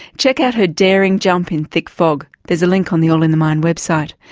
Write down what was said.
check out her daring jump in thick fog, there's a link on the all in the mind website.